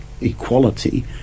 equality